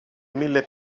mille